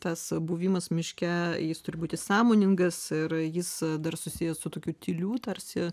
tas buvimas miške jis turi būti sąmoningas ir jis dar susijęs su tokiu tyliu tarsi